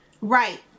Right